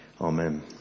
Amen